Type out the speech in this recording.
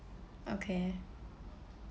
okay